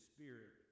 Spirit